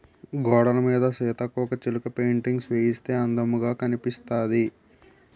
గోడలమీద సీతాకోకచిలక పెయింటింగ్స్ వేయిస్తే అందముగా కనిపిస్తాది